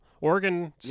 Oregon